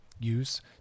use